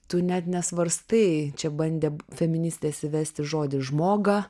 tu net nesvarstai čia bandė feministės įvesti žodį žmoga